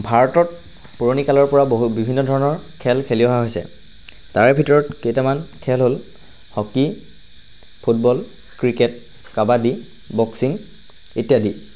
ভাৰতত পুৰণিকালৰপৰা বহু বিভিন্ন ধৰণৰ খেল খেলি অহা হৈছে তাৰে ভিতৰত কেইটামান খেল হ'ল hockey football cricket kabaddi boxing ইত্যাদি